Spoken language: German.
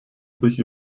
sich